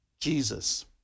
Jesus